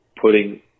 putting